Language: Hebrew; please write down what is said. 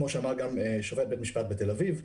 כמו שאמר גם שופט בית משפט בתל אביב.